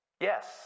Yes